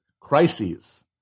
crises